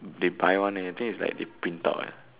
they buy one eh I think it's like they print out eh